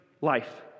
life